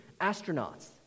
astronauts